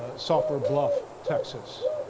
ah sulphur bluff, texas.